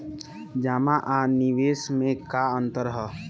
जमा आ निवेश में का अंतर ह?